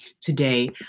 today